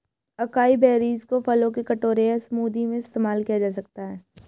acai berries को फलों के कटोरे या स्मूदी में इस्तेमाल किया जा सकता है